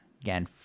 again